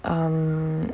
um